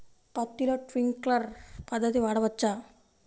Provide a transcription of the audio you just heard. పత్తిలో ట్వింక్లర్ పద్ధతి వాడవచ్చా?